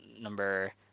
number